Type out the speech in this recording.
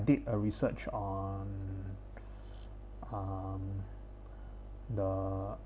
did a research on um the